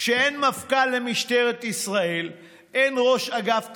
כשאין מפכ"ל למשטרת ישראל, אין ראש אגף תקציבים,